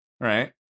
right